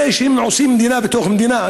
נראה שהם עושים מדינה בתוך מדינה,